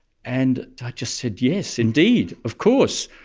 and i just said yes, indeed, of course!